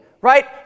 right